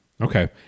Okay